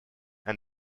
and